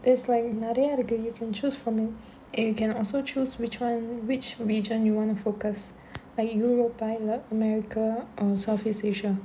is like நிறையா இருக்கு:niraiyaa irukku you can choose from it and you can also choose which [one] which region you want to focus like europe america err south east asia